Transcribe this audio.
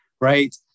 right